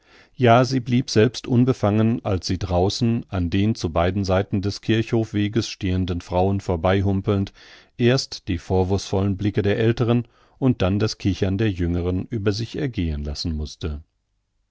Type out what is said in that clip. ja sie blieb selbst unbefangen als sie draußen an den zu beiden seiten des kirchhofweges stehenden frauen vorbeihumpelnd erst die vorwurfsvollen blicke der älteren und dann das kichern der jüngeren über sich ergehen lassen mußte